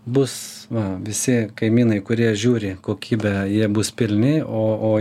bus va visi kaimynai kurie žiūri kokybę jie bus pilni o o